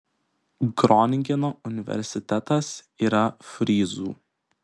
groningeno universitetas yra fryzų